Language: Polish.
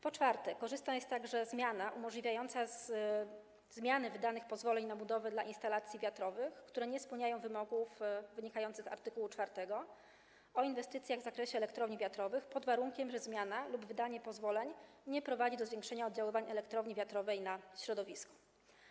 Po czwarte, korzystna jest także zmiana umożliwiająca zmianę wydanych pozwoleń na budowę dla instalacji wiatrowych, które nie spełniają wymogów wynikających z art. 4 ustawy o inwestycjach w zakresie elektrowni wiatrowych, pod warunkiem że zmiana lub wydanie pozwoleń nie prowadzi do zwiększenia oddziaływań elektrowni wiatrowej na środowisko.